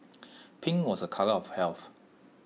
pink was A colour of health